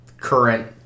current